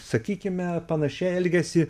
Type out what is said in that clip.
sakykime panašiai elgiasi